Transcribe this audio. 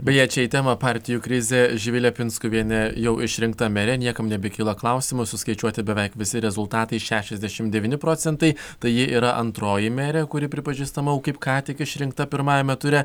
beje čia į tema partijų krizė živilė pinskuvienė jau išrinkta merė niekam nebekyla klausimų suskaičiuoti beveik visi rezultatai šešiasdešimt devyni procentai tai ji yra antroji merė kuri pripažįstama kaip ką tik išrinkta pirmajame ture